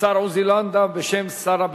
השר עוזי לנדאו בשם שר הביטחון.